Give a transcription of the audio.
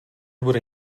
bude